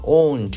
own